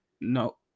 No